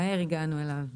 מהר הגענו אלינו.